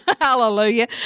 Hallelujah